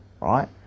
Right